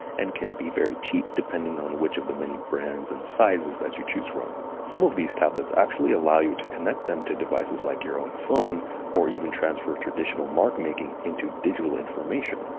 and can be very cheap depending on which of the many brands and sizes that you choose from. some of these tablets actually allow you to connect them to devices like your own phone or even transfer traditional mark-making into digital information.